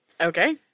Okay